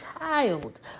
child